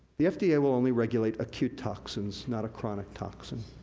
the fda yeah will only regulate acute toxins, not a chronic toxin.